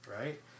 Right